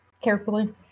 Carefully